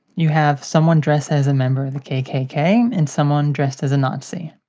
you have someone dressed as a member of the kkk and someone dressed as a natzi.